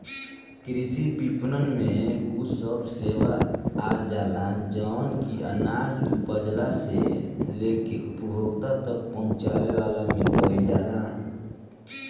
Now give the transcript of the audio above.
कृषि विपणन में उ सब सेवा आजाला जवन की अनाज उपजला से लेके उपभोक्ता तक पहुंचवला में कईल जाला